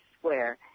Square